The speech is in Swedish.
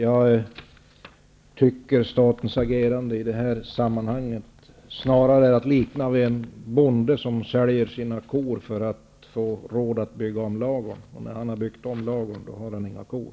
Jag tycker att statens agerande i detta sammanhang snarare kan liknas vid en bonde som säljer sina kor för att få råd att bygga om ladugården. När han har byggt om ladugården, har han inga kor.